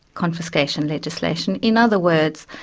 confiscation legislation. in other words,